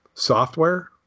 Software